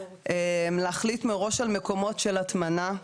להחליט מראש על מקומות של הטמנה.